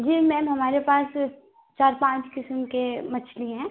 जी ma'am हमारे पास चार पाँच किस्म के मछली हैं